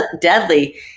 deadly